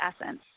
essence